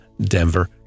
Denver